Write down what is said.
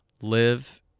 live